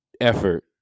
effort